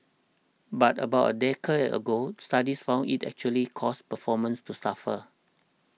but about a decade ago studies found it actually caused performances to suffer